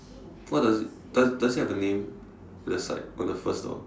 what does it does does it have a name at the side on the first door